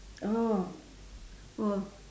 oh oh